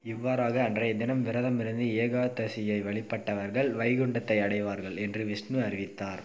இவ்வாறாக அன்றைய தினம் விரதமிருந்து ஏகாதசியை வழிபட்டவர்கள் வைகுண்டத்தை அடைவார்கள் என்று விஷ்ணு அறிவித்தார்